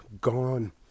gone